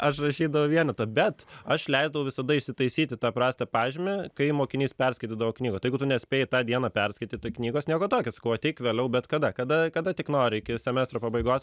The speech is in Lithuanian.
aš rašydavau vienetą bet aš leisdavau visada išsitaisyti tą prastą pažymį kai mokinys perskaitydavo knygą tai jeigu tu nespėjai tą dieną perskaityt knygos nieko tokio sakau ateik vėliau bet kada kada kada tik nori iki semestro pabaigos